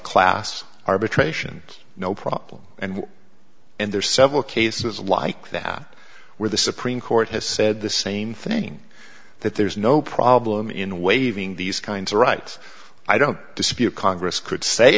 class arbitration no problem and and there's several cases like that where the supreme court has said the same thing that there's no problem in waiving these kinds of rights i don't dispute congress could say